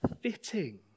fitting